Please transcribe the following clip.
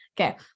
Okay